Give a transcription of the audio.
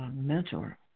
Mentor